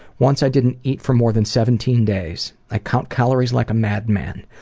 once i didn't eat for more than seventeen days. i count calories like a madman.